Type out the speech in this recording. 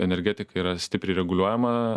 energetika yra stipriai reguliuojama